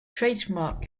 trademark